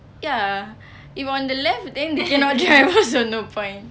ya if on the left then you cannot drive also no point